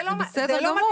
זה בסדר גמור.